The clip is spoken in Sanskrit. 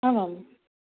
आमां